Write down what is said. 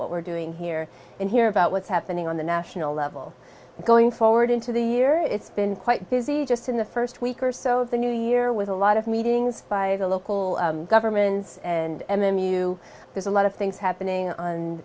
what we're doing here and hear about what's happening on the national level going forward into the year it's been quite busy just in the first week or so of the new year with a lot of meetings by the local governments and m m u there's a lot of things happening on